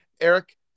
Eric